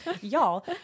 Y'all